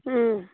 ꯎꯝ